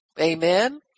Amen